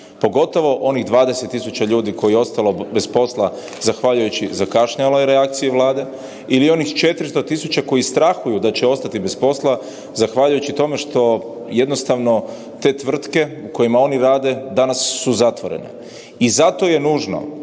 pogotovo onih 20.000 ljudi koje je ostalo bez posla zahvaljujući zakašnjeloj reakciji Vlade ili onih 400.000 koji strahuju da će ostati bez posla zahvaljujući tome što jednostavno te tvrtke u kojima oni rade danas su zatvorene. I zato je nužno